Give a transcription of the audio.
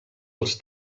els